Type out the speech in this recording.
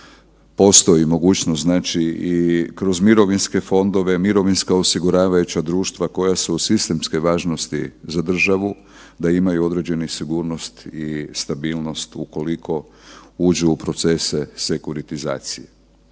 postoji mogućnost i kroz mirovinske fondove, mirovinska osiguravajuća društva koja su od sistemske važnosti za državu za imaju određenu sigurnost i stabilnost ukoliko uđu u procese sekuritizacije.